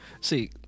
See